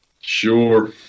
Sure